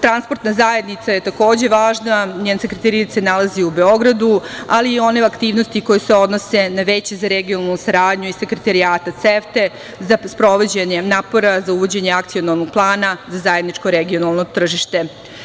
Transportna zajednica je takođe važna, njen Sekretarijat se nalazi u Beogradu, ali i one aktivnosti koje se odnose na Veće za regionalnu saradnju i Sekretarijata CEFT-e za sprovođenje napora za uvođenje akcionog plana za zajedničko regionalno tržište.